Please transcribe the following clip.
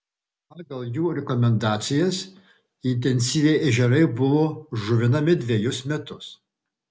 pagal jų rekomendacijas intensyviai ežerai buvo žuvinami dvejus metus